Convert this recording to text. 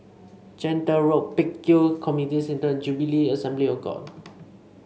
Gentle Road Pek Kio Community Centre Jubilee Assembly of God